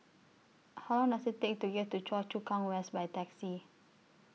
How Long Does IT Take to get to Choa Chu Kang West By Taxi